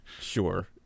sure